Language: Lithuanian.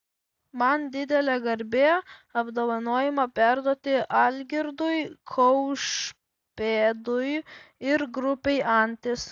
man didelė garbė apdovanojimą perduoti algirdui kaušpėdui ir grupei antis